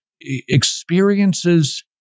Experiences